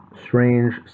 strange